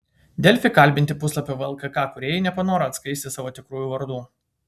delfi kalbinti puslapio vlkk kūrėjai nepanoro atskleisti savo tikrųjų vardų